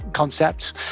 Concept